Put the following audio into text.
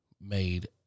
made